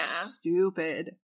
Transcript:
stupid